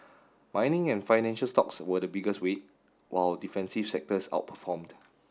mining and financial stocks were the biggest weight while defensive sectors outperformed